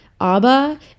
Abba